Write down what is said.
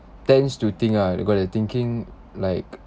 tends to think ah like got to thinking like